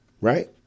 Right